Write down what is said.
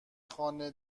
خانه